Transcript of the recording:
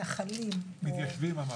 כמתנחלים -- מתיישבים אמרתי.